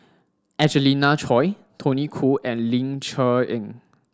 Angelina Choy Tony Khoo and Ling Cher Eng